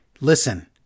listen